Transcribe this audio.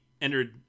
entered